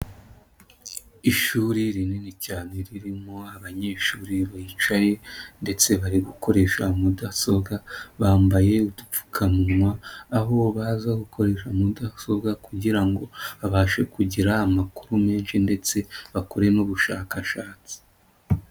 Ishuri rinini cyane ririmo abanyeshuri bicaye ndetse bari gukoresha mudasobwa, bambaye udupfukamunwa, aho baza gukorera mudasobwa kugira ngo babashe kugira amakuru menshi ndetse bakore n'ubushakashatsi.